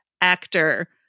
actor